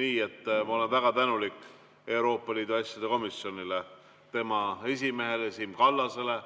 nii, et ma olen väga tänulik Euroopa Liidu asjade komisjonile ja tema esimehele Siim Kallasele.